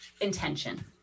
intention